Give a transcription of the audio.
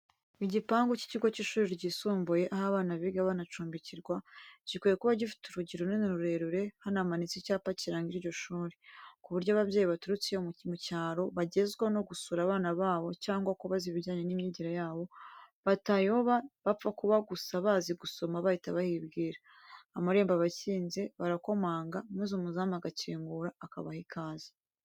Igipangu cy'ikigo cy'ishuri ryisumbuye, aho abana biga banacumbikirwa, gikwiye kuba gifite urugi runini rurerure, hanamanitse icyapa kiranga iryo shuri, ku buryo ababyeyi baturutse iyo mu cyaro bagenzwa no gusura abana babo cyangwa kubaza ibijyanye n'imyigire yabo batayoba bapfa kuba gusa bazi gusoma bahita bahibwira. Amarembo aba akinze, barakomanga maze umuzamu agakingura akabaha ikaze.